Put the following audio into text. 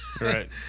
Right